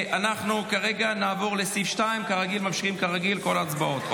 כרגע נעבור לסעיף 2. ממשיכים כרגיל, בכל ההצבעות.